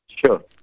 sure